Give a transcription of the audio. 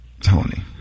Tony